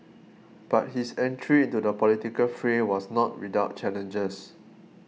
but his entry into the political fray was not without challenges